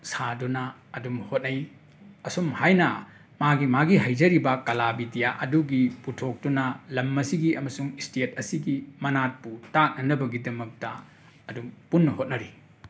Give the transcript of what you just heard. ꯁꯥꯗꯨꯅ ꯑꯗꯨꯝ ꯍꯣꯠꯅꯩ ꯑꯁꯨꯝꯍꯥꯏꯅ ꯃꯥꯒꯤ ꯃꯥꯒꯤ ꯍꯩꯖꯔꯤꯕ ꯀꯂꯥ ꯕꯤꯗ꯭ꯌꯥ ꯑꯗꯨꯒꯤ ꯄꯨꯊꯣꯛꯇꯨꯅ ꯂꯝ ꯑꯁꯤꯒꯤ ꯑꯃꯁꯨꯡ ꯁ꯭ꯇꯦꯠ ꯑꯁꯤꯒꯤ ꯃꯅꯥꯠꯄꯨ ꯇꯥꯛꯅꯅꯕꯒꯤꯗꯃꯛꯇ ꯑꯗꯨꯝ ꯄꯨꯟꯅ ꯍꯣꯠꯅꯔꯤ